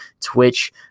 Twitch